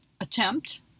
attempt